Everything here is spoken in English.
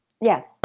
Yes